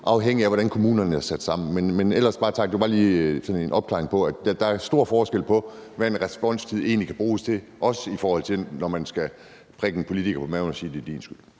afhængigt af hvordan kommunerne er sat sammen. Men ellers vil jeg bare sige tak, og det var bare lige sådan en opklaring af, at der er stor forskel på, hvad en responstid egentlig kan bruges til, også i forhold til når man skal prikke en politiker i maven og sige: Det er din skyld.